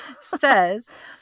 says